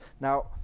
now